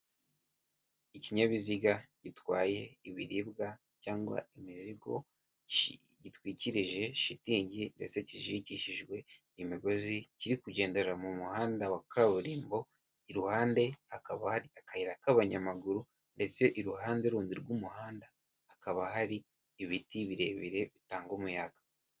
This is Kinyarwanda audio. Ikinyabiziga gitwaye ibiribwa cyangwa imizigo, gitwikirije shitingi ndetse kizirikishijwe imigozi, kiri kugendera mu muhanda wa kaburimbo, iruhande hakaba hari akayira k'abanyamaguru ndetse iruhande rundi rw'umuhanda, hakaba hari ibiti birebire bitanga umuyaga.